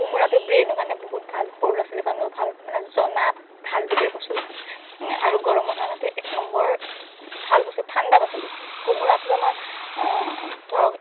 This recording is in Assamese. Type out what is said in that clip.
কোমোৰাটো ব্ৰেইনৰ কাৰণে বহুত ভাল সৰু ল'ৰা ছোৱালীৰ কাৰণেও ভাল মানে জনাত ভাল বুলিয়েই কৈছোঁ আৰু গৰমৰ কাৰণেতো এক নম্বৰ ভাল বস্তু ঠাণ্ডা পাচলি কোমোৰাটোত আমাৰ ধৰক